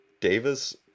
Davis